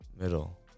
Middle